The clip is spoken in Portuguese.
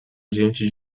diante